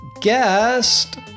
guest